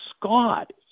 Scott